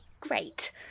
Great